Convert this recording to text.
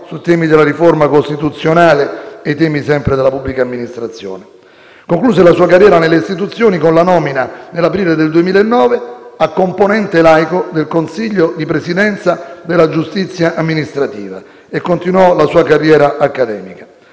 sui temi della riforma costituzionale e della pubblica amministrazione. Concluse la sua carriera nelle istituzioni con la nomina, nell'aprile del 2009, a componente laico del Consiglio di presidenza della giustizia amministrativa e continuò la sua carriera accademica.